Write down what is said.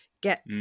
get